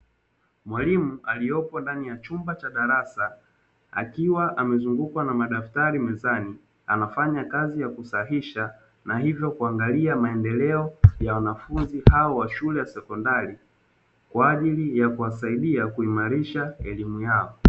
Mwalimu aliyepo ndani ya chumba cha darasa akiwa amezungukwa na madaftari mezani, anafanya kazi ya kusahisha. Na ivyo kuangalia maendeleo ya wanafunzi hao wa shule ya sekondari, kwa ajili ya kuwasaidia kuimalisha elimu yao.